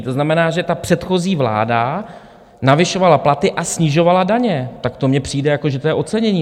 To znamená, že ta předchozí vláda navyšovala platy a snižovala daně, tak to mně přijde, jako že to je ocenění.